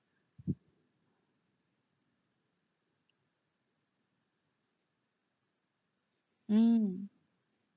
mm